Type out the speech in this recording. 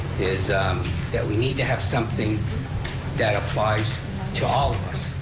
is that we need to have something that applies to all of us,